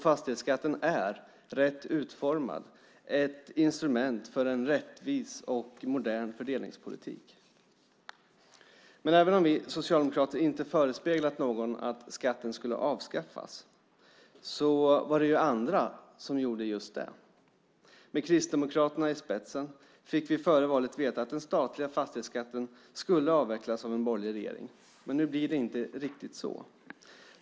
Fastighetsskatten är, rätt utformad, ett instrument för en rättvis och modern fördelningspolitik. Men även om vi socialdemokrater inte förespeglat någon att fastighetsskatten skulle avvecklas var det ju andra som gjorde just det, med Kristdemokraterna i spetsen. Före valet fick vi veta att fastighetsskatten skulle avvecklas av en borgerlig regering. Men nu blir det inte riktigt så.